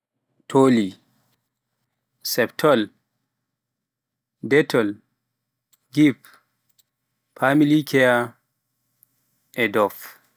Toly, septol, dettol, giv, family care e dove